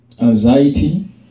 anxiety